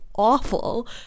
awful